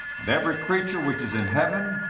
and every creature which is in heaven,